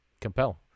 compel